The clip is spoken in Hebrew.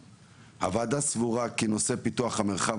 הוועדה סבורה כי נושא פיתוח המרחב